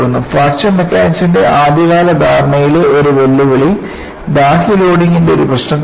fracture മെക്കാനിക്സിന്റെ ആദ്യകാല ധാരണയിലെ ഒരു വെല്ലുവിളി ബാഹ്യ ലോഡിംഗിന്റെ ഒരു പ്രശ്നത്തിലാണ്